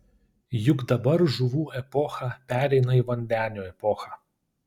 juk dabar žuvų epocha pereina į vandenio epochą